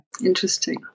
Interesting